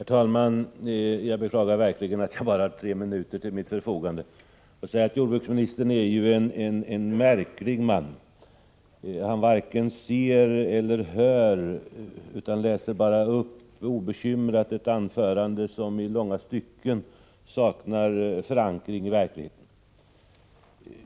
Herr talman! Jag beklagar verkligen att jag bara har tre minuter till mitt förfogande. Jordbruksministern är ju en märklig man. Han varken ser eller hör, utan läser bara obekymrat upp ett anförande som i långa stycken saknar förankring i verkligheten.